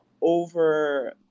Over